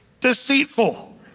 Deceitful